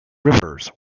rivers